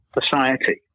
society